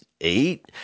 eight